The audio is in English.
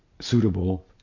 suitable